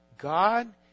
God